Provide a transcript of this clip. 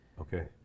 Okay